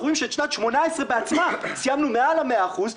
רואים שאת שנת 2018 בעצמה סיימנו מעל למאה אחוז,